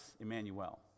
Emmanuel